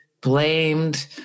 blamed